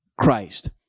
Christ